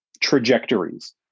trajectories